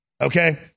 Okay